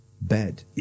bed